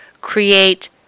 create